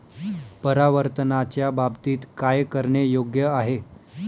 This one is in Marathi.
परावर्तनाच्या बाबतीत काय करणे योग्य आहे